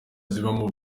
zibamo